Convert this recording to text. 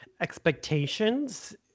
expectations